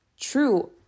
true